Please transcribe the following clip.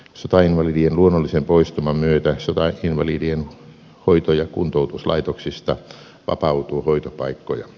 sotainvalidien luonnollisen poistuman myötä sotainvalidien hoito ja kuntoutuslaitoksista vapautuu hoitopaikkoja